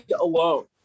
alone